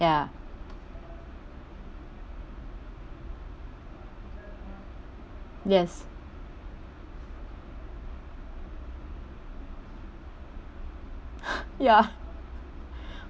ya yes ya